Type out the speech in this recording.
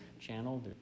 channel